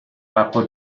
capo